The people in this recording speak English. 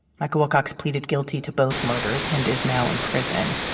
michael wilcox pleaded guilty to both murders and is now in prison.